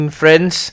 friends